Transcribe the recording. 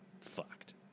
fucked